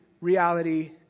Reality